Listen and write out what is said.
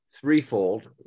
threefold